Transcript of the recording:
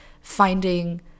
finding